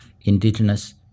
Indigenous